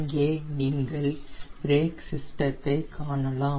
இங்கே நீங்கள் பிரேக் ஸிஸ்டெதை காணலாம்